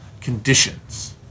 conditions